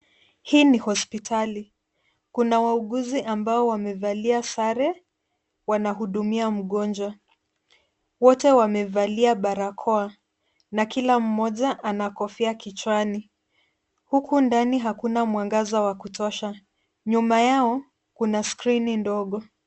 Hii ni hospitali. Kuna wauguzi ambao wamevalia sare, wanahudumia mgonjwa. Wote wamevalia barakoa, na kila mmoja ana kofia kichwani. Huku ndani hakuna mwangaza wa kutosha. Nyuma yao kuna skirini ndogo.